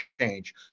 change